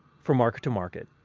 for market to market,